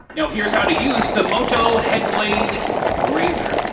now here's how to use the moto headblade razor.